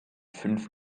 fünf